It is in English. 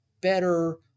better